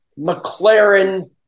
McLaren